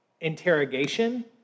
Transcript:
interrogation